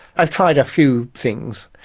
i've tried a few things.